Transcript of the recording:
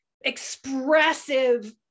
expressive